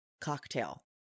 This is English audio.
cocktail